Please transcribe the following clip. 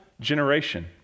generation